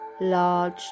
large